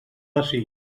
bací